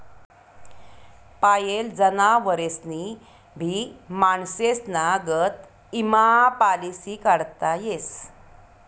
पायेल जनावरेस्नी भी माणसेस्ना गत ईमा पालिसी काढता येस